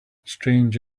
strange